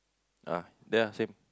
ah ya same